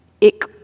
ik